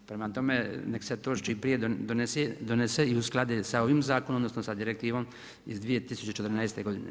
Prema tome, neka se to čim prije donese i usklade sa ovim zakonom, odnosno sa Direktivom iz 2014. godine.